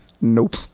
Nope